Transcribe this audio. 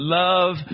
love